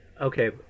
okay